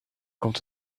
komt